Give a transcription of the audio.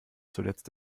zuletzt